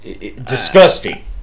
disgusting